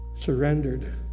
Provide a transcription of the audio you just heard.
surrendered